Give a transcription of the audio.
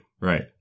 right